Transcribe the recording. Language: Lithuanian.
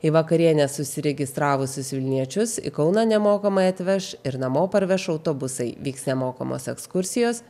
į vakarienes užsiregistravusius vilniečius į kauną nemokamai atveš ir namo parveš autobusai vyks nemokamos ekskursijos